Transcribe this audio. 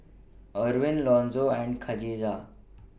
Erwin Lonzo and Kadijah